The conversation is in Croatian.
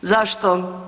Zašto?